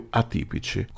atipici